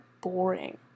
boring